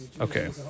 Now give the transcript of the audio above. okay